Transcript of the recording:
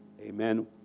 Amen